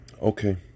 Okay